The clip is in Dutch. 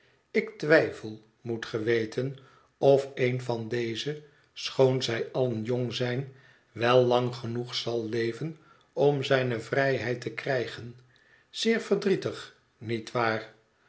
ik twijfel moet ge weten of een van deze schoon zij allen jong zijn wel lang genoeg zal leven om zijne vrijheid te krijgen zeer verdrietig niet waar